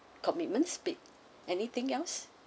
commitment big anything else